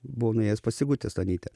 buvau nuėjęs pas sigutę stonytę